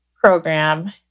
program